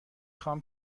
خوام